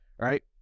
right